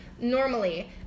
normally